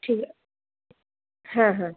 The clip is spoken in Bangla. ঠিক আ হ্যাঁ হ্যাঁ